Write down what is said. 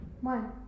One